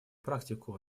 практику